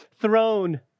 throne